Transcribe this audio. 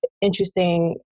interesting